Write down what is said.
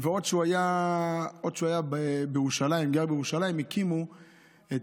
עוד כשהוא גר בירושלים הקימו את